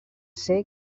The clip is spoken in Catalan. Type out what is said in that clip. ser